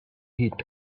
heat